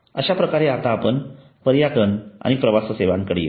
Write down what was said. अश्याप्रकारे आता आपण पर्यटन आणि प्रवास सेवांकडे येऊ